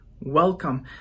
welcome